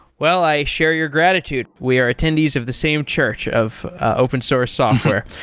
well. i share your gratitude. we are attendees of the same church of open source software.